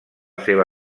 seva